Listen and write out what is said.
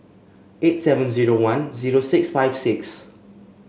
eight seven zero one zero six five six